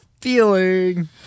feeling